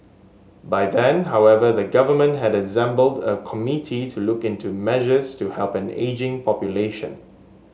by then however the government had assembled a committee to look into measures to help an ageing population